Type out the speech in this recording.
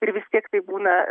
ir vis tiek tai būna